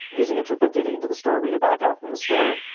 using it to put data into the store, read it back out from the store,